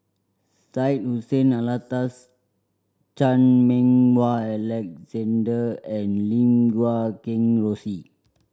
Syed Hussein Alatas Chan Meng Wah Alexander and Lim Guat Kheng Rosie